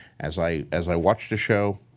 as i as i watched the show,